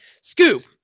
Scoop